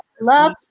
Love